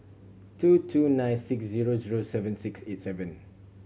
two two nine six zero zero seven six eight seven